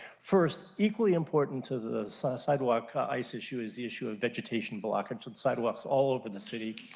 first, equally important to the sidewalk ice issue is the issue of vegetation blocking sidewalks all over the city.